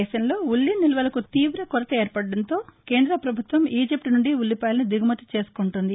దేశంలో ఉల్లి నిల్వలకు తీవ కొరత ఏర్పడటంతో కేంద్రపభుత్వం ఈజిప్ల నుండి ఉల్లిపాయలను దిగుమతి చేసుకుంటోంది